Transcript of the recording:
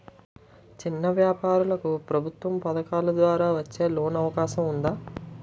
చిన్న వ్యాపారాలకు ప్రభుత్వం పథకాల ద్వారా వచ్చే లోన్ అవకాశం ఉందా?